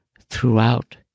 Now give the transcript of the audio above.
throughout